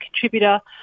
contributor